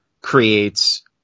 creates